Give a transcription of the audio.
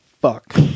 fuck